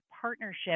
partnership